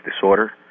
disorder